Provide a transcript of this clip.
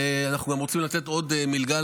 אנחנו גם רוצים לתת עוד מלגה,